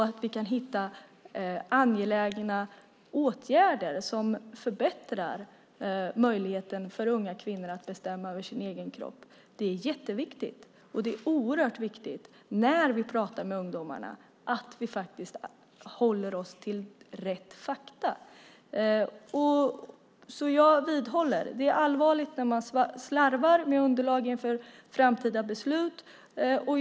Att vi kan hitta åtgärder som förbättrar möjligheten för unga kvinnor att bestämma över sin egen kropp är jätteviktigt. Det är oerhört viktigt att vi håller oss till riktiga fakta när vi pratar med ungdomarna. Jag vidhåller: Det är allvarligt när man slarvar med underlag inför framtida beslut.